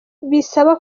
bisaba